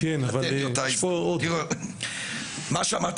זאת אומרת יש פה באמת חשש גדול ואנחנו